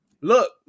Look